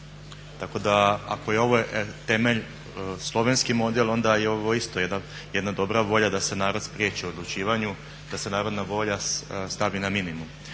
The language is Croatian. Tako da ako je ovo temelj slovenski model onda je ovo isto jedna dobra volja da se narod spriječi u odlučivanju, da se narodna volja stavi na minimum.